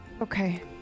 Okay